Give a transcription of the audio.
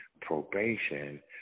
probation